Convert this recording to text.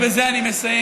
בזה אני מסיים.